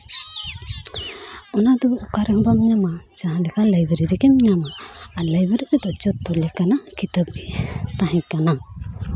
ᱚᱱᱟ ᱫᱚ ᱚᱠᱟ ᱨᱮᱦᱚᱸ ᱵᱟᱢ ᱧᱟᱢᱟ ᱡᱟᱦᱟᱸ ᱞᱮᱠᱟ ᱞᱟᱭᱵᱨᱮᱨᱤ ᱨᱮᱜᱮᱢ ᱧᱟᱢᱟ ᱟᱨ ᱞᱟᱭᱵᱨᱮᱨᱤ ᱨᱮᱫᱚ ᱡᱷᱚᱛᱚ ᱞᱮᱠᱟᱱᱟᱜ ᱠᱤᱛᱟᱹᱵ ᱛᱟᱦᱮᱸ ᱠᱟᱱᱟ